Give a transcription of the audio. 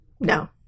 no